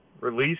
Release